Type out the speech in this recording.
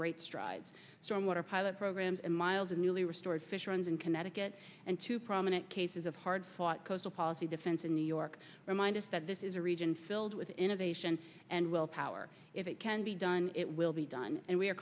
great strides stormwater pilot programs and miles of newly restored fish runs in connecticut and two prominent cases of hard fought coastal policy defense in new york remind us that this is a region filled with innovation and will power if it can be done it will be done and we are